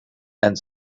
and